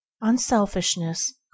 Unselfishness